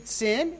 sin